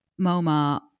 MoMA